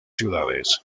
ciudades